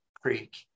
Creek